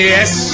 Yes